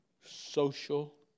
social